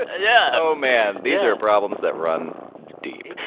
yeah oh man, these are problems that run deep.